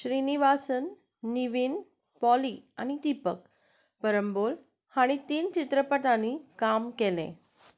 श्रीनिवासन निवीन पॉली आनी दिपक परंबोल हांणी तीन चित्रपटांनी काम केलें